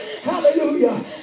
Hallelujah